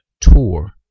tour